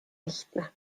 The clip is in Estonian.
lihtne